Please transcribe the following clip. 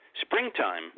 springtime